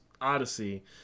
Odyssey